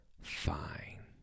fine